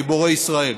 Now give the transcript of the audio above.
גיבורי ישראל.